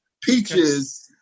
Peaches